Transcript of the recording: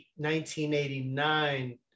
1989